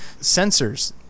sensors